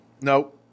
Nope